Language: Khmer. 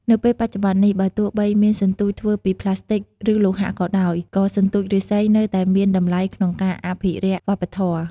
នៅពេលបច្ចុប្បន្ននេះ បើទោះបីមានសន្ទូចធ្វើពីប្លាស្ទិកឬលោហៈក៏ដោយ ក៏សន្ទូចឬស្សីនៅតែមានតម្លៃក្នុងការអភិរក្សវប្បធម៌។